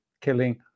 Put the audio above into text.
killing